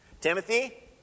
Timothy